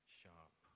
sharp